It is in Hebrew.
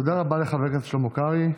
תודה רבה לחבר הכנסת שלמה קרעי.